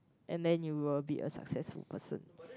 and then you will be a successful person